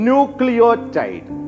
Nucleotide